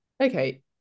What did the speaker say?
Okay